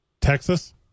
Texas